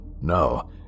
no